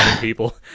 people